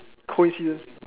coincidence